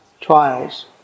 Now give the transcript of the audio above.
trials